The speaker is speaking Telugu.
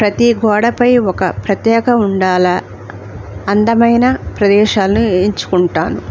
ప్రతి గోడపై ఒక ప్రత్యేకత ఉండాలి అందమైన ప్రదేశాలను ఎంచుకుంటాను